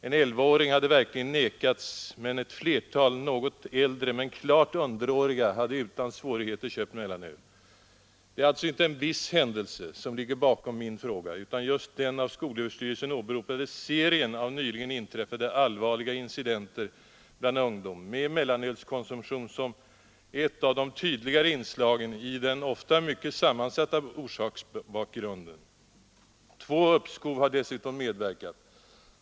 En 11-åring hade verkligen nekats, men ett flertal något äldre men klart underåriga hade utan svårigheter köpt mellanöl. Det är alltså inte en viss händelse som ligger bakom min fråga utan just den av skolöverstyrelsen åberopade serien av nyligen inträffade, allvarliga incidenter bland ungdom med mellanölskonsumtion som ett av de tydligare inslagen i den givetvis ofta mycket sammansatta orsaksbakgrunden. Två uppskov har dessutom medverkat.